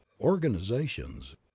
organizations